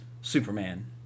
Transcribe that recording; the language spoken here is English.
Superman